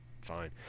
fine